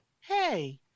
Hey